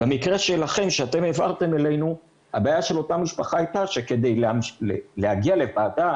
במקרה שהעברתם אלינו הבעיה של אותה משפחה הייתה שכדי להגיע לוועדה